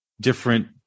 different